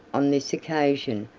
on this occasion,